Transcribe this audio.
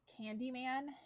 Candyman